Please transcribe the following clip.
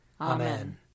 Amen